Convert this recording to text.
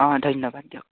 অঁ ধন্যবাদ দিয়ক